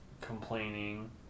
complaining